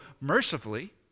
mercifully